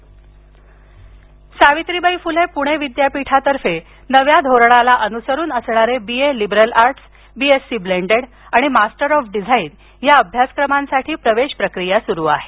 पणे विद्यापीठ अभ्यासक्रम सावित्रीबाई फुले पुणे विद्यापीठातर्फे नव्या धोरणाला अनुसरून असणारे BA liberal arts B Sc blended आणि मास्टर ऑफ डिझाइन या अभ्यासक्रमांसाठी प्रवेशप्रक्रिया सुरु आहे